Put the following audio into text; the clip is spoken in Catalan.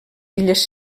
illes